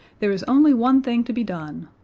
there is only one thing to be done.